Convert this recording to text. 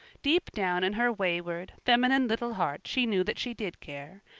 deep down in her wayward, feminine little heart she knew that she did care,